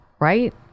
right